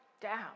down